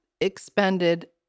expended